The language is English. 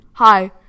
Hi